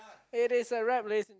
it is a wrap list